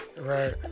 right